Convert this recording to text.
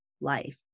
life